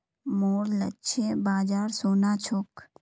मोर लक्ष्य बाजार सोना छोक